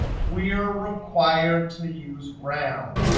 we are required to use round.